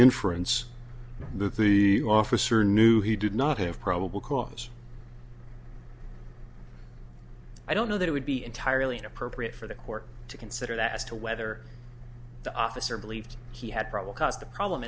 inference that the officer knew he did not have probable cause i don't know that it would be entirely inappropriate for the court to consider that as to whether the officer believed he had probably caused the problem